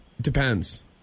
Depends